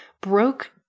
broke